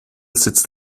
sitzt